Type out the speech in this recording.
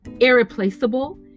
irreplaceable